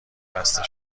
بسته